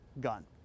gun